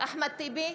אחמד טיבי,